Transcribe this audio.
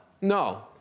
No